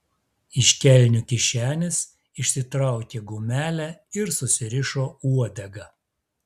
iš kelnių kišenės išsitraukė gumelę ir susirišo uodegą